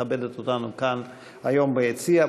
מכבדת אותנו כאן היום ביציע,